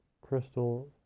Crystal